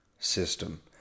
system